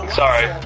sorry